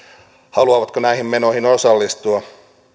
haluavatko näihin menoihin osallistua